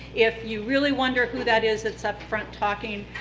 if you really wonder who that is that's upfront talking,